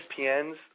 ESPN's